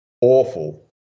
awful